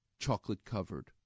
chocolate-covered